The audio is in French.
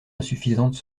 insuffisante